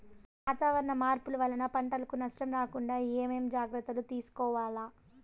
వాతావరణ మార్పులు వలన పంటలకు నష్టం రాకుండా ఏమేం జాగ్రత్తలు తీసుకోవల్ల?